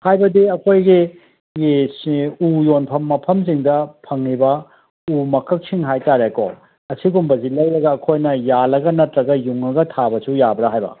ꯍꯥꯏꯕꯗꯤ ꯑꯩꯈꯣꯏꯒꯤ ꯁꯤ ꯎ ꯌꯣꯟꯐꯝ ꯃꯐꯝꯁꯤꯡꯗ ꯐꯪꯉꯤꯕ ꯎ ꯃꯀꯛꯁꯤꯡ ꯍꯥꯏꯇꯥꯔꯦꯀꯣ ꯑꯁꯤꯒꯨꯝꯕꯁꯤ ꯂꯧꯔꯒ ꯑꯩꯈꯣꯏꯅ ꯌꯥꯜꯂꯒ ꯅꯠꯇ꯭ꯔꯒ ꯌꯨꯡꯉꯒ ꯊꯥꯕꯁꯨ ꯌꯥꯕ꯭ꯔꯥ ꯍꯥꯏꯕ